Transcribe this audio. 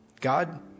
God